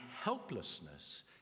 helplessness